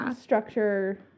structure